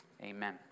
Amen